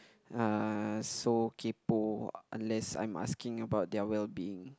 uh so uh unless I'm asking about their well being